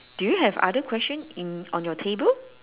do you have other question in on your table